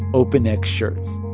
open-neck shirts.